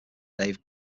dave